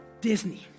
Disney